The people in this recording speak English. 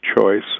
choice